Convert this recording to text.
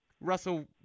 Russell